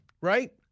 right